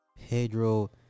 Pedro